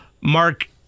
Mark